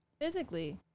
physically